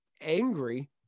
angry